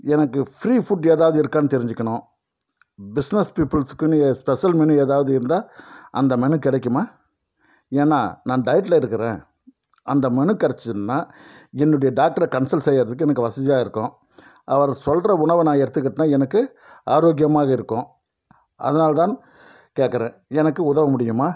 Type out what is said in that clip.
எனக்கு free food எதாவது இருக்கான்னு தெரிஞ்சிக்கணும் பிஸ்னஸ் பீப்புள்ஸுக்குன்னு ஸ்பெஷல் மெனு எதாவது இருந்தால் அந்த மெனு கெடைக்குமா ஏன்னால் நான் டயட்டில் இருக்கிறேன் அந்த மெனு கெடைச்சுதுன்னா என்னுடைய டாக்டரை கன்சல்ட் செய்கிறதுக்கு எனக்கு வசதியாக இருக்கும் அவர் சொல்கிற உணவை நான் எடுத்துக்கிட்டேனா எனக்கு ஆரோக்கியமாக இருக்கும் அதனால் தான் கேட்குறேன் எனக்கு உதவ முடியுமா